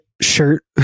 shirt